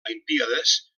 olimpíades